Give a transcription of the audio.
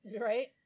Right